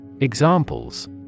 Examples